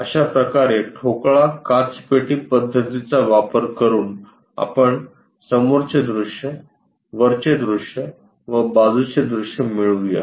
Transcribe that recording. अशाप्रकारे ठोकळा काचपेटी पद्धतीचा वापर करून आपण समोरचे दृश्य वरचे दृश्य व बाजूचे दृश्य मिळवू या